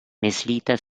myslíte